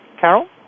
Carol